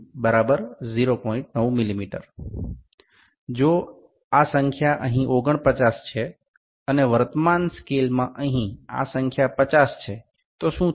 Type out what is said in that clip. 9 mm જો આ સંખ્યા અહીં 49 છે અને વર્તમાન સ્કેલમાં અહીં આ સંખ્યા 50 છે તો શુ થાય